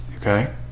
Okay